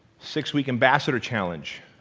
six week ambassador challenge.